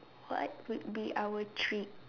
what would be our treat